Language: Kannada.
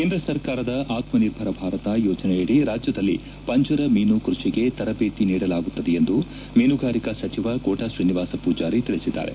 ಕೇಂದ್ರ ಸರ್ಕಾರದ ಆತ್ಮ ನಿರ್ಭರ ಭಾರತ ಯೋಜನೆಯಡಿ ರಾಜ್ಯದಲ್ಲಿ ಪಂಜರ ಮೀನು ಕೃಷಿಗೆ ತರಬೇತಿ ನೀಡಲಾಗುತ್ತದೆ ಎಂದು ಮೀನುಗಾರಿಕಾ ಸಚಿವ ಕೋಟಾ ಶ್ರೀನಿವಾಸ ಪೂಜಾರಿ ತಿಳಿಸಿದ್ದಾರೆ